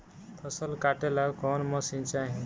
फसल काटेला कौन मशीन चाही?